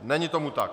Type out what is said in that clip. Není tomu tak.